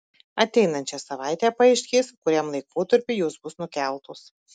ateinančią savaitę paaiškės kuriam laikotarpiui jos bus nukeltos